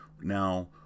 Now